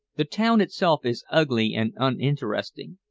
the town itself is ugly and uninteresting.